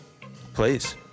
Please